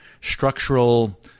structural